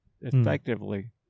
effectively